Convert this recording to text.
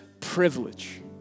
privilege